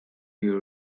you